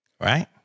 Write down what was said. Right